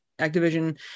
Activision